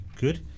good